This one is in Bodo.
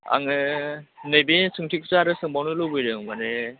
आङो नैबे सोंथिखौसो सोंबावनो लुबैदों माने